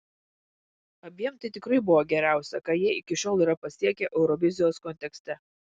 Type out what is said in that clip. abiem tai tikrai buvo geriausia ką jie iki šiol yra pasiekę eurovizijos kontekste